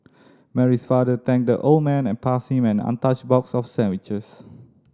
Mary's father thanked the old man and passed him an untouched box of sandwiches